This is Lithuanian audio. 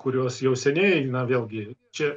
kurios jau seniai na vėlgi čia